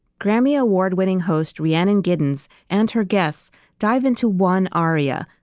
grammy award winning host rhiannon giddens and her guests dive into one aria,